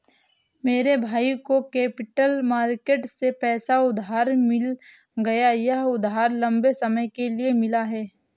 मेरे भाई को कैपिटल मार्केट से पैसा उधार मिल गया यह उधार लम्बे समय के लिए मिला है